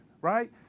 right